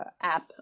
app